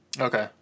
Okay